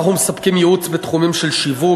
אנחנו מספקים ייעוץ בתחומים של שיווק,